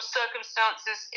circumstances